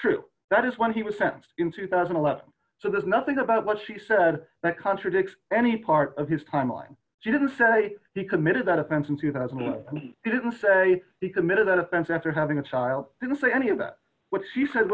true that is when he was sentenced in two thousand and eleven so there's nothing about what she said that contradicts any part of his timeline she didn't say he committed that offense in two thousand and two didn't say he committed an offense after having a child didn't say any of that what she said